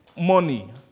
money